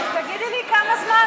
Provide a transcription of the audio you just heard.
אז תגידי לי רק כמה זמן.